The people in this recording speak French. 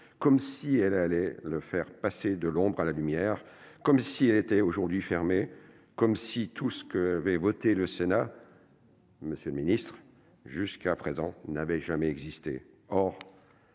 comme si elle allait le faire passer de l'ombre à la lumière, comme si ce marché était aujourd'hui fermé, comme si tout ce qu'avait voté le Sénat jusqu'à présent n'avait jamais existé.